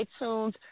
iTunes